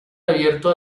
abierto